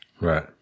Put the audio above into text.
Right